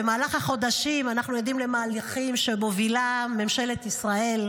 במהלך החודשים אנחנו עדים למהלכים שמובילה ממשלת ישראל,